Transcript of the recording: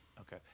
Okay